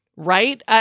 Right